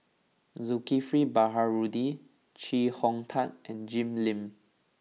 Zulkifli Baharudin Chee Hong Tat and Jim Lim